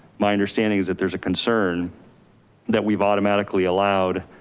my understanding is that there's a concern that we've automatically allowed